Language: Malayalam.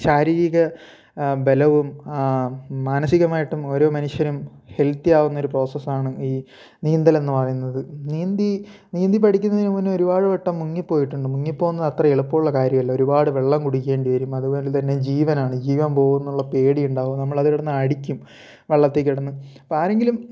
ശാരീരിക ബലവും മാനസികമായിട്ടും ഓരോ മനുഷ്യനും ഹെൽത്തിയാവുന്നൊരു പ്രോസസ്സാണ് ഈ നീന്തലെന്ന് പറയുന്നത് നീന്തി നീന്തി പഠിക്കുന്നതിന് മുന്നേ ഒരുപാട് വട്ടം മുങ്ങിപ്പോയിട്ടുണ്ട് മുങ്ങിപ്പോവുന്നതത്ര എളുപ്പമുള്ള കാര്യമല്ല ഒരുപാട് വെള്ളം കുടിക്കേണ്ടിവരും അതുപോലെത്തന്നെ ജീവനാണ് ജീവൻ പോവുമെന്നുള്ള പേടിയുണ്ടാവും നമ്മളത് കിടന്നടിക്കും വെള്ളത്തിൽക്കിടന്ന് അപ്പോൾ ആരെങ്കിലും